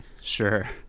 sure